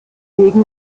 wegen